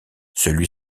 celui